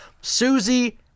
Susie